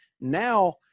now